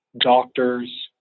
doctors